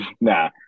Nah